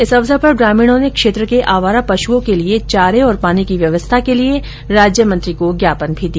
इस अवसर पर ग्रामीणों ने क्षेत्र के आवारा पशुओं के लिए चारे और पानी की व्यवस्था के लिए राज्यमंत्री को ज्ञापन भी दिया